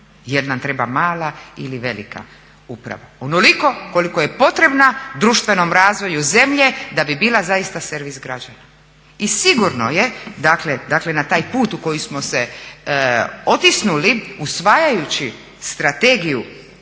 jel' nam treba mala ili velika uprava. Onoliko koliko je potrebna društvenom razvoju zemlje da bi bila zaista servis građana. I sigurno je dakle na taj put u koji smo se otisnuli usvajajući strategiju